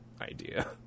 idea